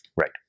Right